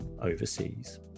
overseas